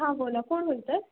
हां बोला कोण बोलत आहे